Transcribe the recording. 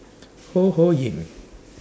Ho Ho Ying